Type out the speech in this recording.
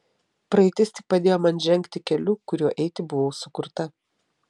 praeitis tik padėjo man žengti keliu kuriuo eiti buvau sukurta